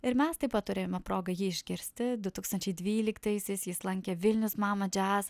ir mes taip pat turėjome progą jį išgirsti du tūkstančiai dvyliktaisiais jis lankė vilnius mama džiaz